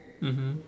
mmhmm